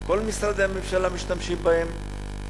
כל משרדי הממשלה משתמשים בהן,